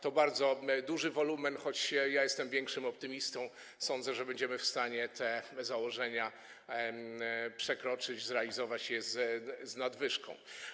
To bardzo duży wolumen, choć ja jestem większym optymistą: sądzę, że będziemy w stanie te założenia przekroczyć, zrealizować je z nadwyżką.